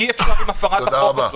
אי אפשר עם הפרת החוק הזאת.